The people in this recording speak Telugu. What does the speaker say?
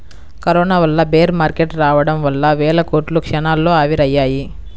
కరోనా వల్ల బేర్ మార్కెట్ రావడం వల్ల వేల కోట్లు క్షణాల్లో ఆవిరయ్యాయి